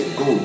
go